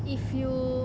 if you